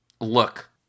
Look